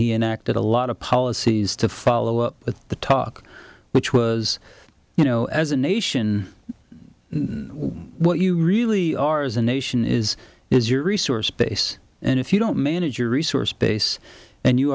he enacted a lot of policies to follow up with the talk which was you know as a nation what you really are as a nation is is your resource base and if you don't manage your resource base and you